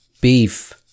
beef